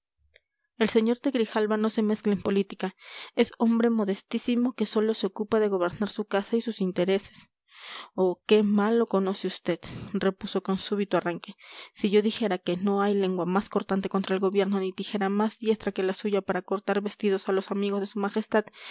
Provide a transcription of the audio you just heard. el sr de grijalva no se mezcla en política es hombre modestísimo que sólo se ocupa de gobernar su casa y sus intereses oh qué mal lo conoce vd repuso con súbito arranque si yo dijera que no hay lengua más cortante contra el gobierno ni tijera más diestra que la suya para cortar vestidos a los amigos de su majestad